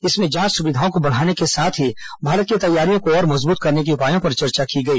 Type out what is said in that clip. इसमें जांच सुविधाओं को बढ़ाने के साथ ही भारत की तैयारियों को और मजबूत करने के उपायों पर चर्चा गई